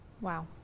Wow